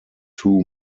two